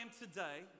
today